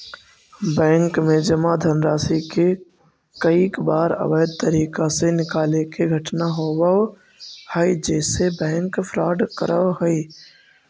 bank में जमा धनराशि के कईक बार अवैध तरीका से निकाले के घटना होवऽ हइ जेसे बैंक फ्रॉड करऽ हइ